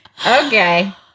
Okay